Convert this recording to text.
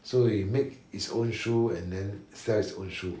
so he make his own shoe and then sell his own shoe